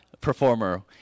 performer